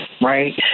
right